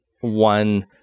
one